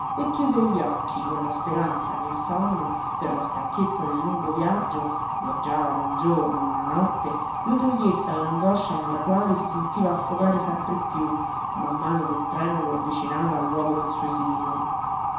e chiuse gli occhi con la speranza che il sonno per la stanchezza del lungo viaggio viaggiava da un giorno e una notte lo togliesse all'angoscia nella quale si sentiva affogare sempre piú man mano che il treno lo avvicinava al luogo del suo esilio